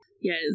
Yes